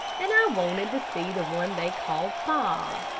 and i wanted to see the one they called bob,